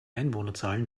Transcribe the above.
einwohnerzahlen